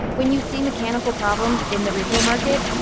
when you see mechanical problems in the repo market,